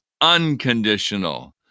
unconditional